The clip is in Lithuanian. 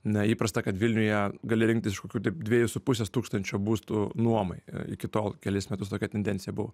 na įprasta kad vilniuje gali rinktis iš kokių taip dviejų su pusės tūkstančių būstų nuomai iki tol kelis metus tokia tendencija buvo